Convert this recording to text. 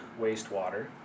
wastewater